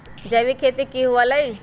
जैविक खेती की हुआ लाई?